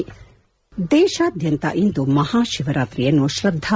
head ದೇಶಾದ್ಯಂತ ಇಂದು ಮಹಾಶಿವರಾತ್ರಿಯನ್ನು ಶ್ರದ್ಧಾ